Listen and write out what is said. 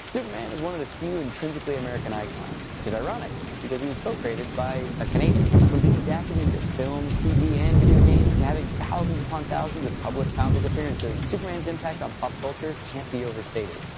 superman is one of the few intrinsically american icons, which is ironic, because he was so created by a canadian. from being adapted into films, tv, and video games, to having thousands upon thousands of published comic ah book appearances, superman's impact on pop culture can't be overstated.